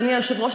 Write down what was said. אדוני היושב-ראש,